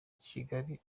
kigali